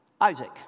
Isaac